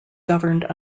governed